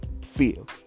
feel